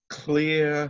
clear